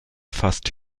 fast